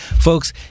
folks